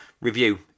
review